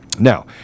Now